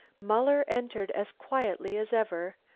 muller entered as quietly as ever,